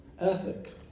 ethic